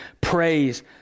praise